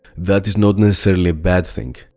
that is not necessarily a bad thing.